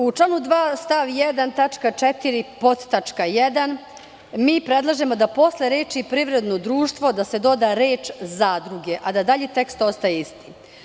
U članu 2. stav 1. tačka 4) podtačka (1) mi predlažemo da se posle reči: "privredno društvo", doda reč: "zadruge", a da dalji tekst ostaje isti.